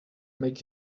make